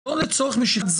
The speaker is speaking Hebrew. זה לא לצורך משיכת זמן.